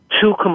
two